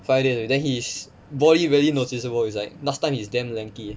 five days then he's body really noticable it's like last time he damn lanky